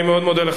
אני מאוד מודה לך.